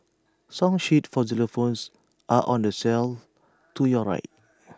song sheets for xylophones are on the shelf to your right